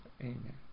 Amen